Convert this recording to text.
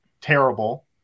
terrible